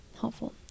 helpful